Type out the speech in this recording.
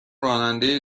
راننده